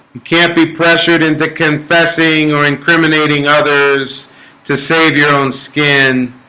can't be pressured into confessing or incriminating others to save your own skin